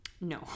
No